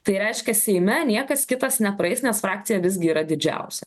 tai reiškia seime niekas kitas nepraeis nes frakcija visgi yra didžiausia